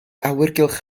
awyrgylch